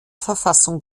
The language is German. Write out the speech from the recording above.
verfassung